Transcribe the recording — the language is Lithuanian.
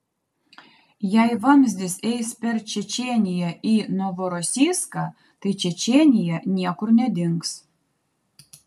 jei vamzdis eis per čečėniją į novorosijską tai čečėnija niekur nedings